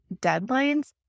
deadlines